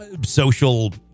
social